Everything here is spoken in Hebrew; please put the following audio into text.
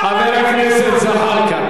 חבר הכנסת זחאלקה,